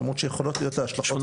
למרות שיכולות להיות לה השלכות,